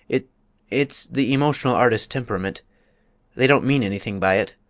it it's the emotional artist temperament they don't mean anything by it.